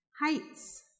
Heights